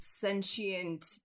sentient